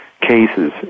cases